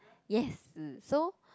yes mm so